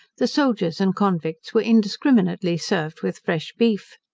the soldiers and convicts were indiscriminately served with fresh beef.